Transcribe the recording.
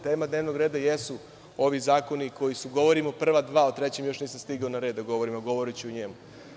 Tema dnevnog reda jesu ovi zakoni o kojima govorim, prva dva, a o trećem nisam stigao da govorim, a govoriću i o njemu.